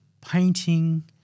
painting